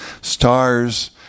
stars